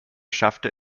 schaffte